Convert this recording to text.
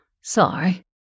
Sorry